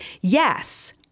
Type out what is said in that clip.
yes